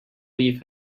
leave